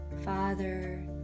Father